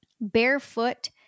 barefoot